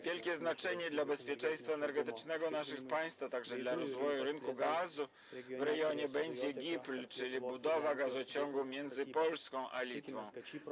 Wielkie znaczenie dla bezpieczeństwa energetycznego naszych państw, a także dla rozwoju rynku gazu w rejonie będzie miała budowa gazociągu między Polską a Litwą, GIPL.